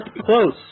Close